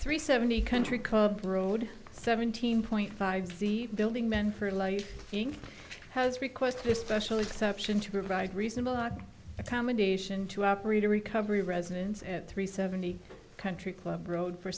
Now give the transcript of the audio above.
three seventy country road seventeen point five building men for life has requested a special exception to provide reasonable accommodation to operate a recovery residence at three seventy country club road for